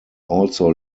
also